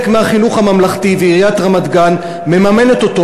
מהחינוך הממלכתי ועיריית רמת-גן מממנת אותו.